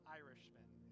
irishman